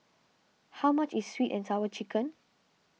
how much is Sweet and Sour Chicken